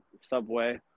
subway